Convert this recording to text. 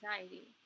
anxiety